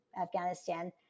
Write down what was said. Afghanistan